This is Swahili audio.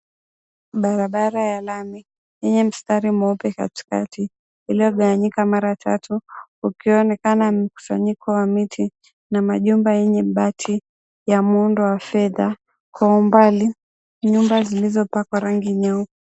Barabara ya lami yenye mstari mweupe katikati iliyogawanyika mara tatu ukionekana mkusanyiko wa miti na majumba yenye bati ya muundo wa fedha. Kwa umbali, nyumba zilizopakwa rangi.